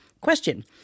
Question